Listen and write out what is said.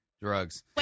Drugs